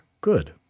good